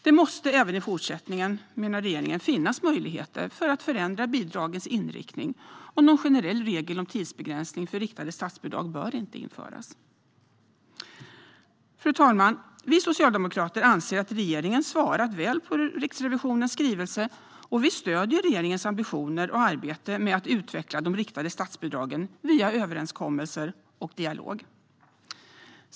Det måste även i fortsättningen, menar regeringen, finnas möjligheter att förändra bidragens inriktning, och någon generell regel om tidsbegränsning för riktade statsbidrag bör inte införas. Fru talman! Vi socialdemokrater anser att regeringen svarat väl på Riksrevisionens skrivelse. Vi stöder regeringens ambitioner och arbete med att utveckla de riktade statsbidragen via överenskommelser och dialog.